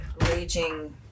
raging